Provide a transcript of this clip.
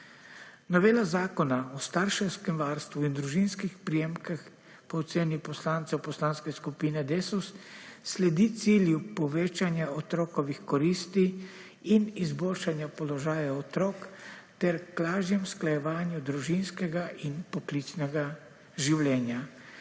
Novela zakona o starševskem varstvu in družinskih prejemkih po oceni poslancev Poslanske skupine Desus sledi cilju povečanja otrokovih koristi in izboljšanja položaja otrok ter k lažjemu usklajevanju družinskega in poklicnega življenja.